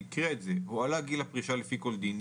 והיא הקריאה: "הועלה גיל הפרישה לפי כל דין,